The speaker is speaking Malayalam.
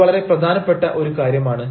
ഇത് വളരെ പ്രധാനപ്പെട്ട ഒരു കാര്യമാണ്